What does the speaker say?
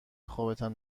خوابتم